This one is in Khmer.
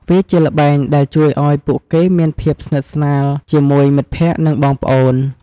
វាជាល្បែងដែលជួយឱ្យពួកគេមានភាពស្និទ្ធស្នាលជាមួយមិត្តភក្តិ និងបងប្អូន។